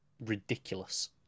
ridiculous